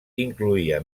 incloïa